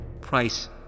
Price